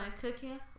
Cooking